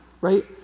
right